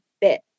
bit